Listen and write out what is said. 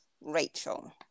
Rachel